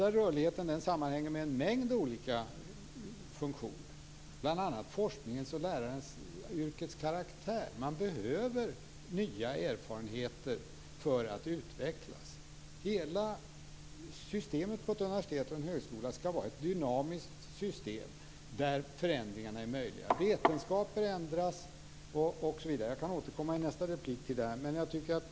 Den rörligheten sammanhänger med en mängd olika funktioner, bl.a. forskningens och läraryrkets karaktär. Man behöver nya erfarenheter för att utvecklas. Hela systemet på ett universitet eller en högskola skall vara ett dynamiskt system, där förändringar är möjliga, vetenskaper ändras osv. Jag kan återkomma till detta i min nästa replik.